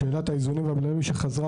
כפי שהציג